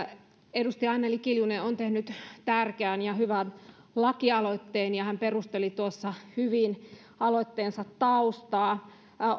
edustaja anneli kiljunen on tehnyt tärkeän ja hyvän lakialoitteen ja hän perusteli tuossa hyvin aloitteensa taustaa